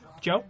Joe